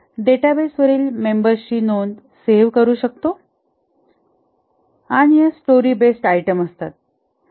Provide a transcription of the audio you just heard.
डेटाबेसवरील मेंबर्सची नोंद सेव करू शकतो आणि या स्टोरी बेस्ड आयटम असतात